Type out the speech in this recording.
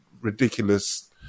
ridiculous